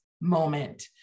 moment